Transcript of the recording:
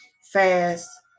fast